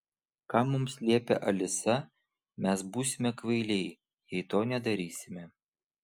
ką mums liepia alisa mes būsime kvailiai jei to nedarysime